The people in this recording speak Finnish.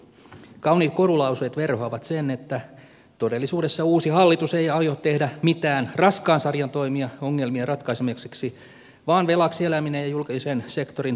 kauniit korulauseet verhoavat sen että todellisuudessa uusi hallitus ei aio tehdä mitään raskaan sarjan toimia ongelmien ratkaisemiseksi vaan velaksi eläminen ja julkisen sektorin paisuttaminen tulevat jatkumaan